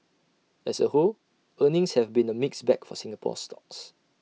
as A whole earnings have been A mixed bag for Singapore stocks